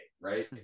right